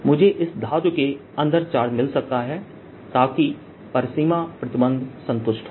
मुझे इस धातु के अंदर चार्ज मिल सकता है ताकि परिसीमा प्रतिबंध संतुष्ट हो